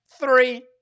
three